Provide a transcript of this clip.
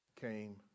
came